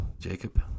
Jacob